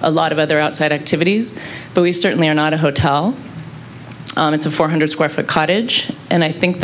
a lot of other outside activities but we certainly are not a hotel it's a four hundred square foot cottage and i think